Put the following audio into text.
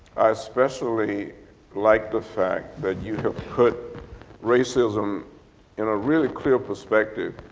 i especially like the fact that you have put racism in a really clear perspective.